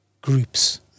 groups